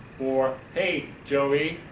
or hey joey,